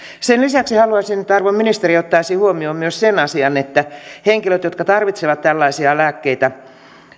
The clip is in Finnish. sen lisäksi haluaisin että arvon ministeri ottaisi huomioon myös sen asian että henkilöt jotka tarvitsevat tällaisia lääkkeitä